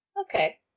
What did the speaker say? Okay